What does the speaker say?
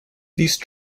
these